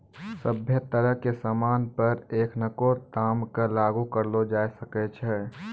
सभ्भे तरह के सामान पर एखनको दाम क लागू करलो जाय सकै छै